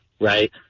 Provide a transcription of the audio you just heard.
right